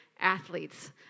athletes